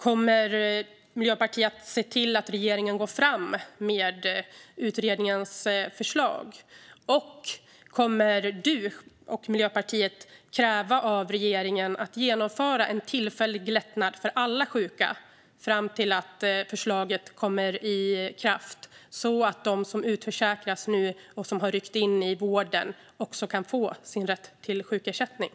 Kommer Miljöpartiet att se till att regeringen går fram med utredningens förslag? Och kommer du och Miljöpartiet att kräva av regeringen att genomföra en tillfällig lättnad för alla sjuka fram tills förslaget träder i kraft, så att de som utförsäkras nu och som har ryckt in i vården kan få sin rätt till sjukersättning?